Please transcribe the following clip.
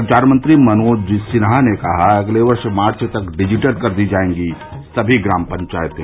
संचार मंत्री मनोज सिन्हा ने कहा अगले वर्ष मार्च तक डिजिटल कर दी जायेंगी सभी ग्राम पंचायतें